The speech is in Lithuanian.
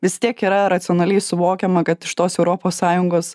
vis tiek yra racionaliai suvokiama kad iš tos europos sąjungos